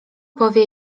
powie